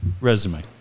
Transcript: resume